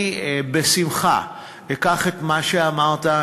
אני בשמחה אקח את מה שאמרת.